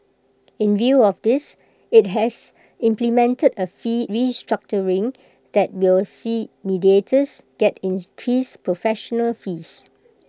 in view of this IT has implemented A fee that will see mediators get entrance professional fees